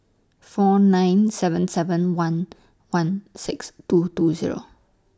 four nine seven seven one one six two two Zero